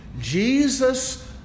Jesus